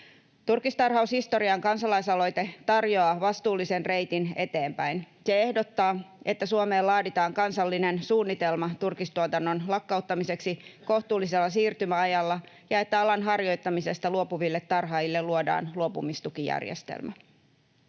Turkistarhaus historiaan ‑kansalaisaloite tarjoaa vastuullisen reitin eteenpäin. Se ehdottaa, että Suomeen laaditaan kansallinen suunnitelma turkistuotannon lakkauttamiseksi kohtuullisella siirtymäajalla ja että alan harjoittamisesta luopuville tarhaajille luodaan luopumistukijärjestelmä.